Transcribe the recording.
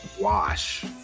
wash